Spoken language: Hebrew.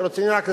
רצוני רק לסיים,